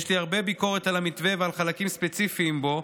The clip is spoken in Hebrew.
יש לי הרבה ביקורת על המתווה ועל חלקים ספציפיים בו,